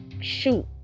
shoot